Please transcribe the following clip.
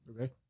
Okay